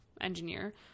engineer